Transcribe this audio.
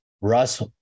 Russ